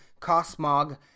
Cosmog